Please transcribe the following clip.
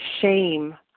shame